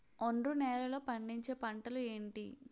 ఒండ్రు నేలలో పండించే పంటలు ఏంటి?